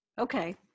okay